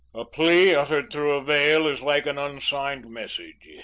a plea uttered through a veil is like an unsigned message.